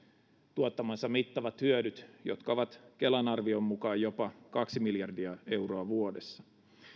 tuottamansa mittavat hyödyt jotka ovat kelan arvion mukaan jopa kaksi miljardia euroa vuodessa